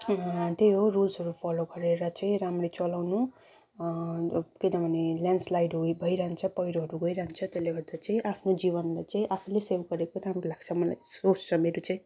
त्यही हो रुल्सहरू फलो गर्नु गरेर चाहिँ राम्ररी चलाउनु किनभने लेन्डस्लाइडहरू भइरहन्छ पहिरोहरू गइरहन्छ त्यसैले गर्दा चाहिँ आफ्नो जीवनलाई चाहिँ आफूले नै सेफ गरेको राम्रो लाग्छ मलाई सोच छ मेरो चाहिँ